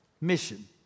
mission